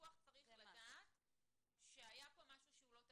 הפיקוח צריך לדעת שהיה פה משהו שהוא לא תקין.